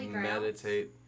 Meditate